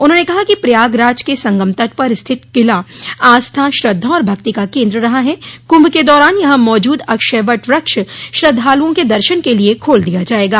उन्होंने कहा कि प्रयागराज के संगम तट पर स्थित किला आस्था श्रद्धा और भक्ति का केन्द्र रहा है कुंभ के दौरान यहां मौजूद अक्षयवट वक्ष श्रद्धालुओं के दर्शन के लिये खोल दिया जायेगा